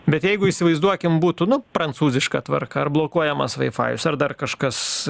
bet jeigu įsivaizduokim būtų nu prancūziška tvarka ar blokuojamas vaifajus ar dar kažkas